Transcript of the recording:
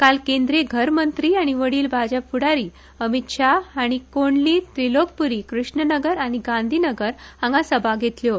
काल केंद्रीय घरमंत्री आनी वडील भाजप फूडारी अमित शहा हाणी कोणली त्रिलोकपुरी कृष्णनगर आनी गांधीनगर हांगा सभा घेतल्यो